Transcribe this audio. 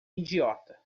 idiota